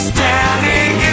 Standing